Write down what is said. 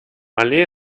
malé